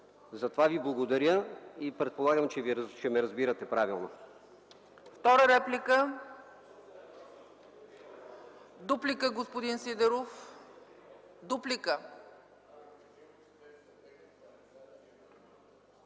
Затова Ви благодаря и предполагам, че ме разбирате правилно.